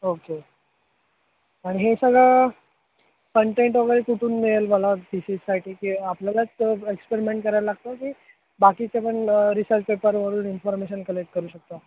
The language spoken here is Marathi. ओके आणि हे सगळं कंटेंट वगैरे कुठून मिळेल मला थिसीससाठी की आपल्यालाच एक्सपेरिमेंट करायला लागतं की बाकीचे पण रिसर्च पेपरवरून इन्फॉर्मेशन कलेक्ट करू शकतो